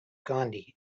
gandhi